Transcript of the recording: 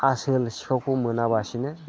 आसोल सिखावखौ मोनालासिनो